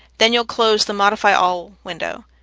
then you'll close the modify all window.